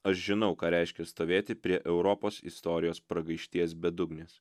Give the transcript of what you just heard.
aš žinau ką reiškia stovėti prie europos istorijos pragaišties bedugnės